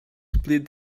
split